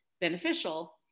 beneficial